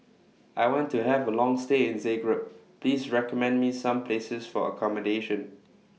I want to Have A Long stay in Zagreb Please recommend Me Some Places For accommodation